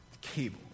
cable